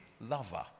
lover